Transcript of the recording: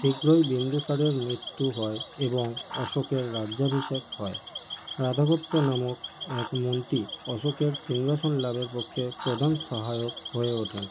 শীঘ্রই বিন্দুসারের মৃত্যু হয় এবং অশোকের রাজ্যাভিষেক হয় রাধাগুপ্ত নামক এক মন্ত্রী অশোকের সিংহাসন লাভের পক্ষে প্রধান সহায়ক হয়ে ওঠেন